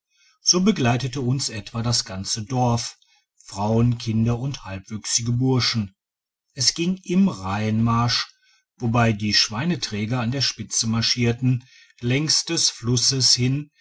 so begleitete uns etwa das ganze dorf frauen kinder und halbwüchsige burschen es ging im reihenmarsch wobei die schweineträger an der spitze marschierten längs des flusses hin